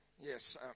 Yes